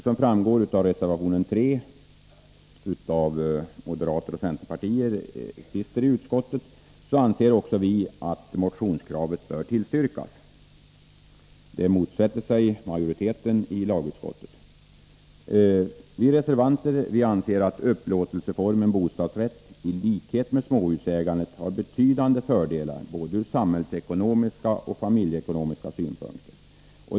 Som framgår av reservation 3 av moderater och centerpartister i utskottet, anser också vi att motionskravet bör bifallas. Detta motsätter sig dock majoriteten i lagutskottet. Vi reservanter anser att upplåtelseformen bostadsrätt i likhet med småhusägandet har betydande fördelar ur både samhällsekonomiska och familjeekonomiska synpunkter.